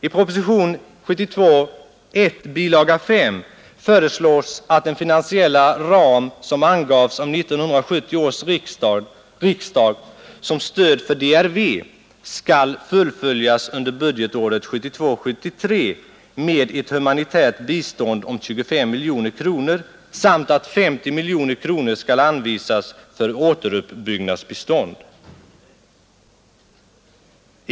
I propositionen 1 år 1972, bilaga 5, föreslås att den finansiella ram som angavs av 1970 års riksdag för stöd till DRV skall fullföljas under budgetåret 1972/73 med ett humanitärt bistånd om 25 miljoner kronor samt att 50 miljoner kronor skall anvisas för återuppbyggnadsbistånd.